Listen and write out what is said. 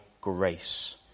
grace